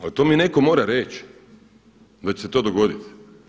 Ali to mi netko mora reći da će se to dogoditi.